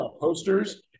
posters